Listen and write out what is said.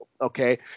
Okay